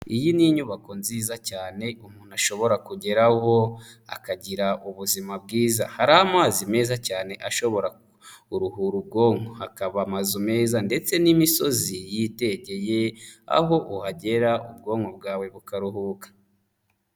Iyi ni inyubako nziza cyane umuntu ashobora kugeraho akagira ubuzima bwiza, hari amazi meza cyane ashobora uruhura ubwonko, hakaba amazu meza ndetse n'imisozi yitegeye, aho uhagera ubwonko bwawe bukaruhuka.